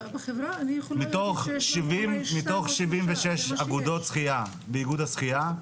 מתוך 76 אגודות שחיה באיגוד השחייה,